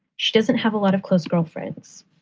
she doesn't have a lot of close girlfriends.